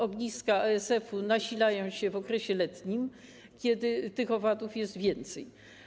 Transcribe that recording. Ogniska ASF-u nasilają się w okresie letnim, kiedy tych owadów jest więcej.